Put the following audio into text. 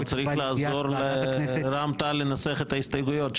הוא צריך לעזור לרע"מ תע"ל לנסח את ההסתייגויות,